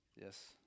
Yes